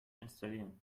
installieren